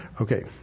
Okay